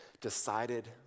decided